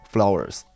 Flowers 》